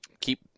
keep